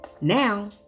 Now